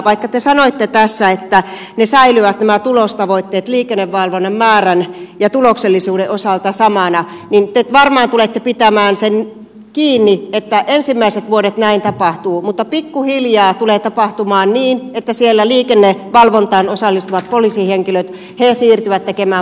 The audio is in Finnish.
vaikka te sanoitte tässä että nämä tulostavoitteet säilyvät liikennevalvonnan määrän ja tuloksellisuuden osalta samana ja te varmaan tulette pitämään siitä kiinni että ensimmäiset vuodet näin tapahtuu pikkuhiljaa tulee tapahtumaan niin että liikennevalvontaan osallistuvat poliisihenkilöt siirtyvät tekemään muita tehtäviä